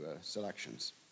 selections